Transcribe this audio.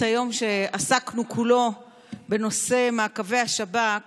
היום שבכולו עסקנו בנושא מעקבי השב"כ